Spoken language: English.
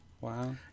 Wow